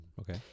okay